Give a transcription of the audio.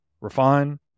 refine